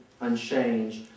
unchanged